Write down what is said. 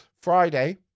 Friday